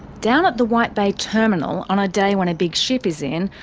down at the white bay terminal on a day when a big ship is in,